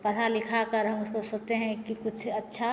पढ़ा लिखाकर हम उसको सोचते हैं कि कुछ अच्छा